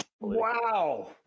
Wow